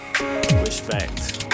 Respect